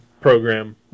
program